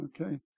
okay